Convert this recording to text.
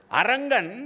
arangan